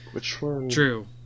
True